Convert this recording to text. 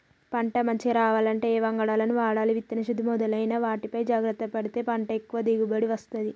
పంట మంచిగ రావాలంటే ఏ వంగడాలను వాడాలి విత్తన శుద్ధి మొదలైన వాటిపై జాగ్రత్త పడితే పంట ఎక్కువ దిగుబడి వస్తది